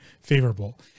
favorable